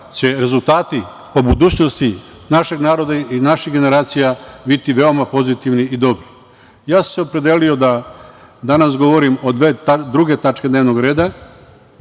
će rezultati o budućnosti našeg naroda i naših generacija biti veoma pozitivni i dobri. Ja sam se opredelio da danas govorim o dve druge tačke dnevnog reda.